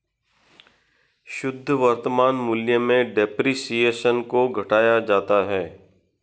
शुद्ध वर्तमान मूल्य में डेप्रिसिएशन को घटाया जाता है